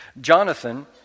Jonathan